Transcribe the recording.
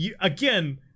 again